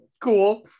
Cool